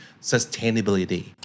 sustainability